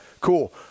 cool